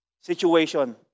situation